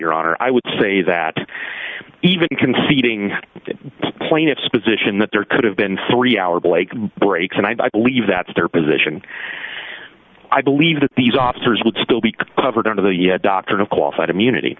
your honor i would say that even conceding the plaintiff's position that there could have been three hour blake breaks and i believe that's their position i believe that these officers would still be covered under the doctrine of qualified immunity